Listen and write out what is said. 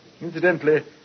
Incidentally